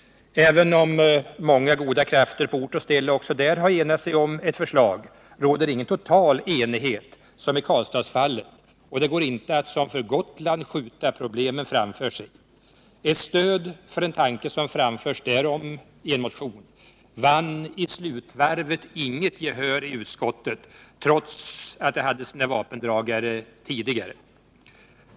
Även om många goda krafter på ort och ställe också där har enat sig om ett förslag, råder inte total enighet, som i Karlstadsfallet, och det går inte heller att som för Gotland skjuta problemet framför sig. Ett stöd för en tanke som framförts därom — i en motion — vann i slutvarvet inget gehör i utskottet trots att det hade sina vapendragare tidigare.